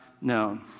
known